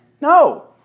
No